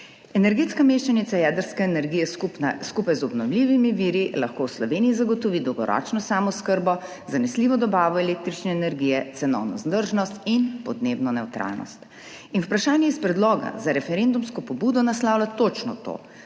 Energetska mešanica jedrske energije skupaj z obnovljivimi viri lahko v Sloveniji zagotovi dolgoročno samooskrbo, zanesljivo dobavo električne energije, cenovno vzdržnost in podnebno nevtralnost. Vprašanje iz predloga za referendumsko pobudo naslavlja točno to,